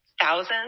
thousands